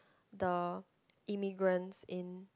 the immigrants in